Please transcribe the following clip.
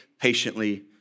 patiently